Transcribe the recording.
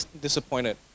disappointed